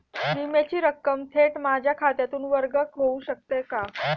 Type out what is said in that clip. विम्याची रक्कम थेट माझ्या खात्यातून वर्ग होऊ शकते का?